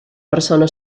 persona